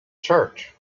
church